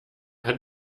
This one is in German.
hat